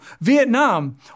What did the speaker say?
Vietnam